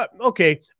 Okay